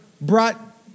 brought